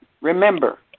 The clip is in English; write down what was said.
Remember